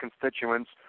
constituents